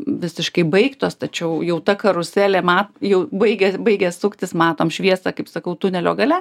visiškai baigtos tačiau jau ta karuselė ma jau baigia baigia suktis matom šviesą kaip sakau tunelio gale